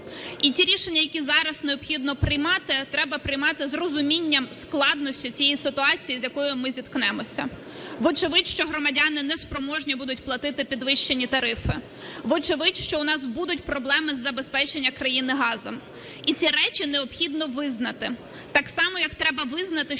І ті рішення, які зараз необхідно приймати, треба приймати з розумінням складності тієї ситуації, з якою ми зіткнемося. Вочевидь, що громадяни не спроможні будуть платити підвищені тарифи. Вочевидь, що у нас будуть проблеми з забезпечення країни газом. І ці речі необхідно визнати. Так само, як треба визнати,